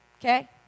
Okay